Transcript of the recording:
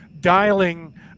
dialing